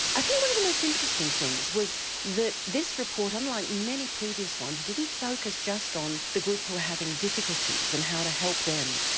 i think one of the most interesting things was that this report unlike many previous ones didn't focus just on the group who were having difficulties and how to help them,